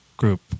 group